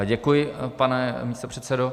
Děkuji, pane místopředsedo.